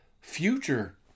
future